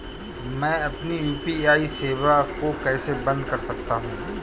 मैं अपनी यू.पी.आई सेवा को कैसे बंद कर सकता हूँ?